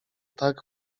tak